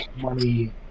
money